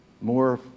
More